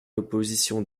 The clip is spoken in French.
l’opposition